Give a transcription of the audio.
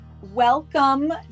Welcome